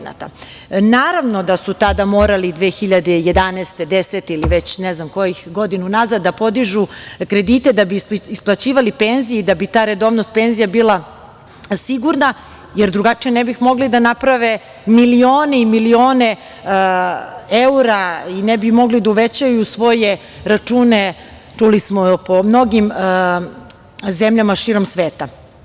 Naravno da su tada morali 2011, 2010, ili već ne znam koje godine unazad, da podižu kredite da bi isplaćivali penzije i da bi ta redovnost penzija bila sigurna, jer drugačije ne bi mogli da naprave milione i milione eura i ne bi mogli da uvećaju svoje račune, čuli smo, po mnogim zemljama širom sveta.